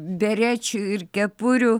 berečių ir kepurių